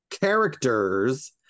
characters